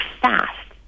fast